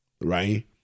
right